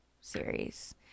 Series